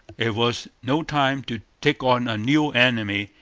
it was no time to take on a new enemy,